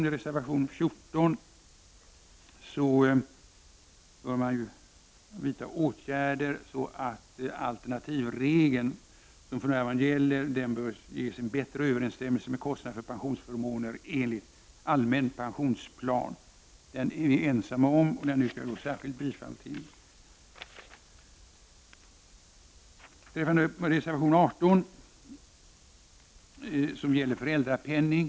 Enligt reservationen bör man vidta åtgärder, så att alternativregeln bättre överensstämmer med kostnaderna för pensionsförmåner enligt allmän pensionsplan. Denna reservation är moderaterna ensamma om, varför jag alldeles särskilt yrkar bifall till den reservationen. Reservation 18 gäller föräldrapenningen.